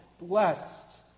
blessed